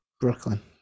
Brooklyn